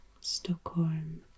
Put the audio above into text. Stockholm